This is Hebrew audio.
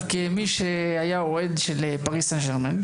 כמי שהיה אוהד של פריז סן ג'רמן,